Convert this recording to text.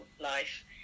life